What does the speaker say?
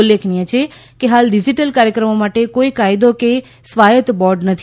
ઉલ્લેખનીય છે કે હાલ ડીજીટલ કાર્યક્રમો માટે કોઈ કાયદો કે સ્વાયત બોર્ડ નથી